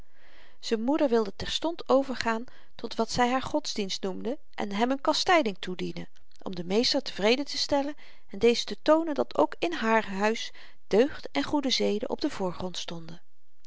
z'n moeder wilde terstond overgaan tot wat zy haar godsdienst noemde en hem n kastyding toedienen om den meester tevreden te stellen en dezen te toonen dat ook in haar huis deugd en goede zeden op den voorgrond stonden